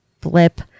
blip